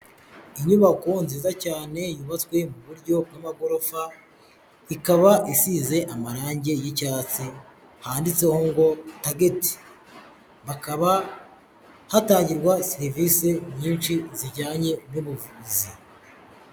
Inyubako nziza cyane, yubatswe mu buryo bw'amagorofa, ikaba isize amarange y'icyatsi, handitseho ngo tageti. Hakaba hatangirwa serivisi nyinshi zijyanye n'ubuvuzi.